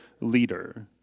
leader